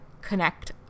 connect